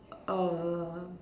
a